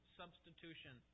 substitution